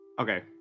Okay